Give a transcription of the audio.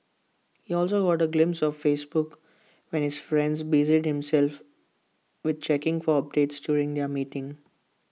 he also got A glimpse of Facebook when his friend busied himself with checking for updates during their meeting